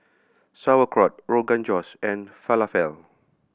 Sauerkraut Rogan Josh and Falafel